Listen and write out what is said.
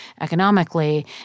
economically